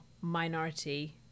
minority